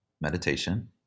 meditation